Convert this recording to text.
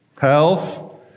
Health